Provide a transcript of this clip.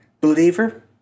believer